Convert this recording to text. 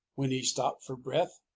when he stopped for breath,